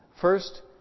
First